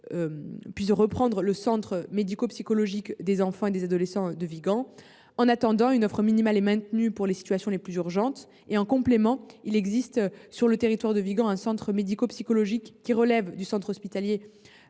de reprendre le centre médico psychologique pour enfants et adolescents du Vigan. En attendant, une offre minimale est maintenue pour les situations les plus urgentes. En complément, il existe sur le territoire du Vigan un centre médico psychologique qui relève du centre hospitalier